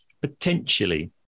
potentially